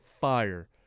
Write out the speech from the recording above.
fire